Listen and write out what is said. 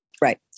Right